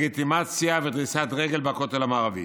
לגיטימציה ודריסת רגל בכותל המערבי.